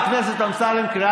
חבר הכנסת אמסלם, מספיק.